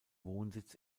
wohnsitz